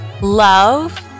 Love